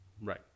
Right